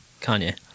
Kanye